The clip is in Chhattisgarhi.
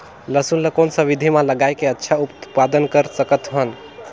लसुन ल कौन विधि मे लगाय के अच्छा उत्पादन कर सकत हन?